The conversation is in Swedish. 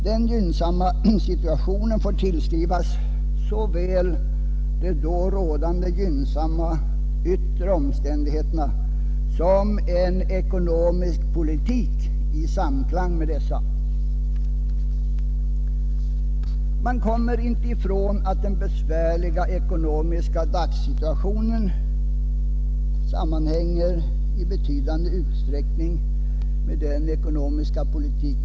Denna gynnsamma situation får tillskrivas såväl de då rådande förmånliga yttre omständigheterna som en ekonomisk politik i samklang med dessa. Man kommer inte ifrån att den besvärliga ekonomiska dagssituationen i betydande utsträckning sammanhänger med den ekonomiska politiken.